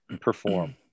perform